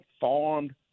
farmed